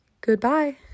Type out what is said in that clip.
Goodbye